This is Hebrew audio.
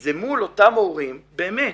זה מול אותם הורים, באמת,